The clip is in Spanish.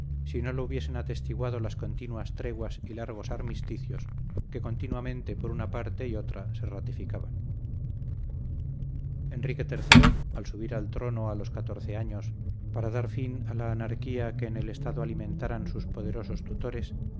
si no lo hubiesen atestiguado las continuas treguas y largos armisticios que continuamente por una parte y otra se ratificaban enrique iii al subir al trono a los catorce años para dar fin a la anarquía que en el estado alimentaran sus poderosos tutores